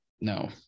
No